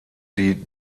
die